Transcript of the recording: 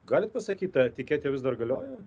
galit pasakyt ta etiketė vis dar galioja